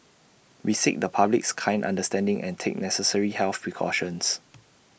we seek the public's kind understanding and take necessary health precautions